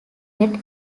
red